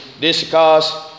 discuss